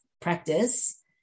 practice